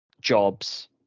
jobs